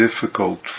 difficult